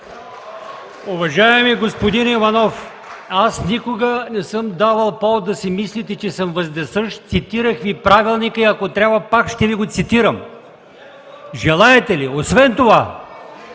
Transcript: Уважаеми господин Иванов, аз никога не съм давал повод да си мислите, че съм вездесъщ. Цитирах Ви правилника. Ако трябва, пак ще Ви го цитирам. Желаете ли? Освен това,